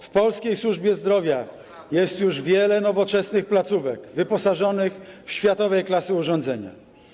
W polskiej służbie zdrowia jest już wiele nowoczesnych placówek, wyposażonych w światowej klasy urządzenia.